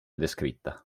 descritta